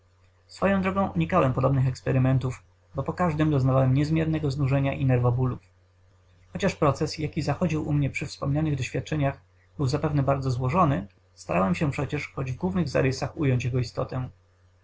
swoją drogą unikałem podobnych eksperymentów bo po każdym doznawałem niezmiernego znużenia i nerwobólów chociaż proces jaki zachodził u mnie przy wspomnianych doświadczeniach był zapewne bardzo złożony starałem się przecież choć w głównych zarysach ująć jego istotę